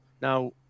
Now